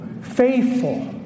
faithful